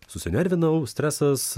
susinervinau stresas